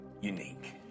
unique